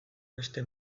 beste